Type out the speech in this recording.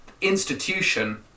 institution